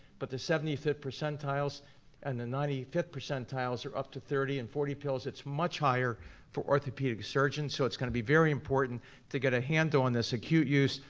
but the seventy fifth percentiles and and ninety fifth percentiles are up to thirty and forty pills, it's much higher for orthopedic surgeons. so it's gonna be very important to get a hand on this acute use,